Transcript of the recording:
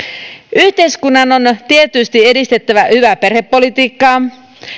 yhteiskunnan on tietysti edistettävä hyvää perhepolitiikkaa